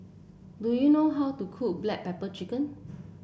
do you know how to cook Black Pepper Chicken